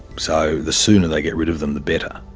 so the sooner they get rid of them the better.